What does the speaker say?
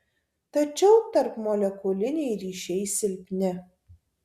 tačiau tarpmolekuliniai ryšiai silpni